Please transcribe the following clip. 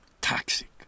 toxic